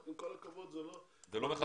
נכון.